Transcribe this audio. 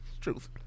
Truth